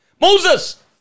Moses